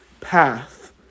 path